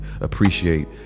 appreciate